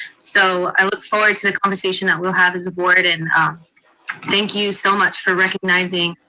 so i look forward to the conversation that we'll have as a board. and thank you so much for recognizing